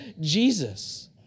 Jesus